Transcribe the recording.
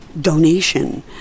donation